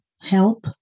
help